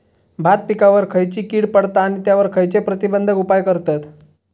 भात पिकांवर खैयची कीड पडता आणि त्यावर खैयचे प्रतिबंधक उपाय करतत?